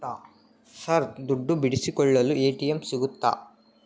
Sir ದುಡ್ಡು ಬಿಡಿಸಿಕೊಳ್ಳಲು ATM ಸಿಗುತ್ತಾ?